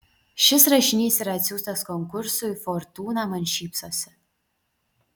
šis rašinys yra atsiųstas konkursui fortūna man šypsosi